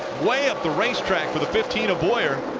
way up the racetrack for the fifteen to bowyer,